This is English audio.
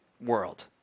world